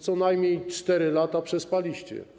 Co najmniej 4 lata przespaliście.